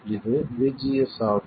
இது VGS ஆகும்